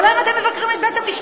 כל היום אתם מבקרים את בית-המשפט.